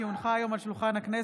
כי הונחה היום על שולחן הכנסת,